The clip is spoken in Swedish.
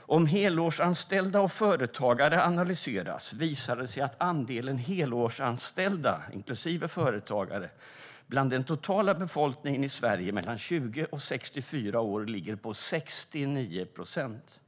Om helårsanställda och företagare analyseras visar det sig att andelen helårsanställda inklusive företagare av den totala befolkningen i Sverige mellan 20 och 64 år ligger på 69 procent.